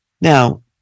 Now